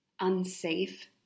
unsafe